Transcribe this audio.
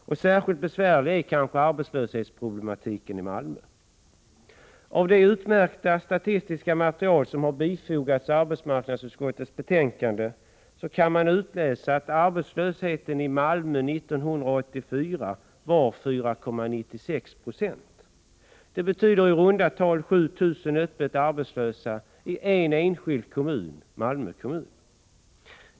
Särskilt besvärliga är arbetslöshetsproblemen i Malmö. Av det utmärkta statistiska material som har bifogats arbetsmarknadsutskottets betänkande kan man utläsa att arbetslösheten i Malmö 1984 var 4,96 90. Det betyder i runda tal 7 000 öppet arbetslösa i en enskild kommun, Malmö kommun.